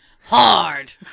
Hard